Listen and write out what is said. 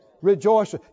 Rejoice